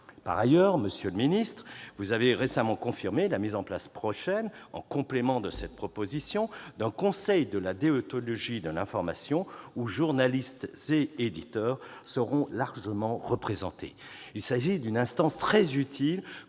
Par ailleurs, monsieur le ministre, vous avez récemment confirmé la mise en place prochaine, en complément de cette proposition de loi, d'un Conseil de la déontologie de l'information, où journalistes et éditeurs seront largement représentés. Cette instance, que